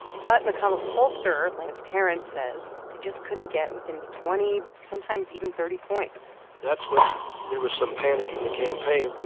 but mcconnell's pollster, lance tarrance, says they just couldn't get within twenty sometimes even thirty points that's when there was some panic in the campaign and,